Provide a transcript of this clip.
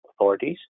Authorities